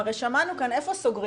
הרי שמענו כאן, איפה סוגרים?